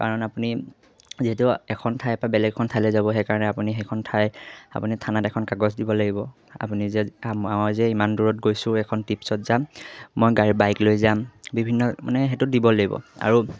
কাৰণ আপুনি যিহেতু এখন ঠাই বা বেলেগ এখন ঠাইলে যাব সেইকাৰণে আপুনি সেইখন ঠাই আপুনি থানাত এখন কাগজ দিব লাগিব আপুনি যে মই যে ইমান দূৰত গৈছোঁ এখন ট্ৰিপছত যাম মই গাড়ী বাইক লৈ যাম বিভিন্ন মানে সেইটোত দিব লাগিব আৰু